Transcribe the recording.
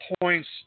points